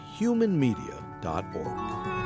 humanmedia.org